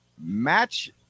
match